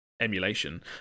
emulation